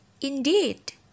Indeed